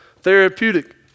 Therapeutic